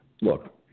Look